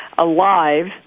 alive